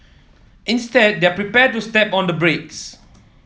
instead they're prepared to step on the brakes